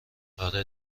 آره